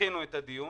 דחינו את הדיון